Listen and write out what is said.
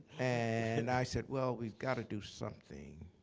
and i said, well, we've got to do something.